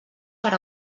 per